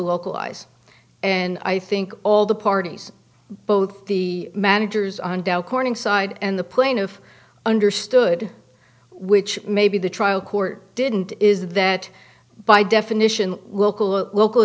localize and i think all the parties both the managers on dow corning side and the plaintiff understood which maybe the trial court didn't is that by definition local local